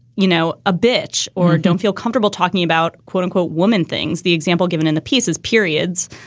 you know, a bitch or don't feel comfortable talking about, quote unquote, woman things. the example given in the piece is periods.